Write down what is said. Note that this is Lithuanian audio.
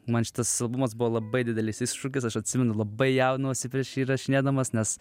man šitas albumas buvo labai didelis iššūkis aš atsimenu labai jaudinausi prieš jį įrašinėdamas nes